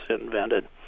invented